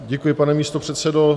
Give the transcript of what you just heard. Děkuji, pane místopředsedo.